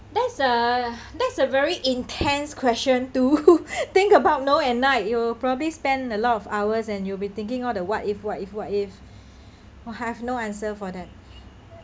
that's a that's a very intense question to think about no at night you probably spend a lot of hours and you'll be thinking all the what if what if what if I have no answer for that